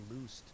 loosed